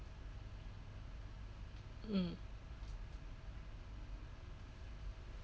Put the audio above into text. mm